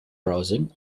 browsing